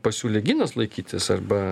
pasiūlė ginas laikytis arba